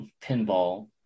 pinball